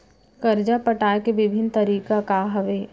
करजा पटाए के विभिन्न तरीका का हवे?